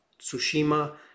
Tsushima